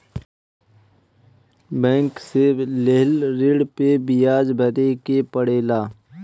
bank से लेहल ऋण पे बियाज भरे के पड़ेला